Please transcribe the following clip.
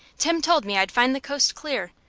tim told me i'd find the coast clear,